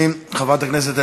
והודיע לנו על כך.